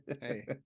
Hey